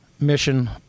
Mission